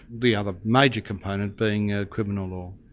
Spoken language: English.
the other major component being ah criminal law.